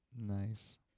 nice